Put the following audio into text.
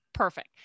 Perfect